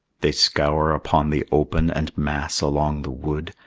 they scour upon the open, and mass along the wood,